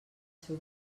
seu